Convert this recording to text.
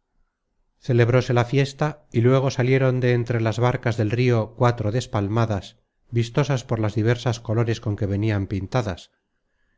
mandarlo celebróse la fiesta y luego salieron de entre las barcas del rio cuatro despalmadas vistosas por las diversas colores con que venian pintadas